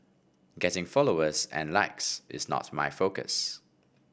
getting followers and likes is not my focus